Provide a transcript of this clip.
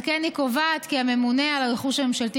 על כן היא קובעת כי הממונה על הרכוש הממשלתי